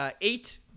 eight